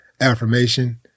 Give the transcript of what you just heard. affirmation